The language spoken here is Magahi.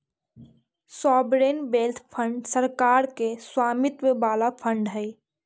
सॉवरेन वेल्थ फंड सरकार के स्वामित्व वाला फंड हई